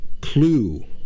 clue